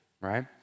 right